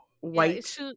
white